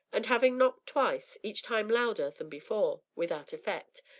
and having knocked thrice, each time louder than before, without effect,